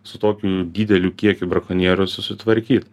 su tokiu dideliu kiekiu brakonierių susitvarkyt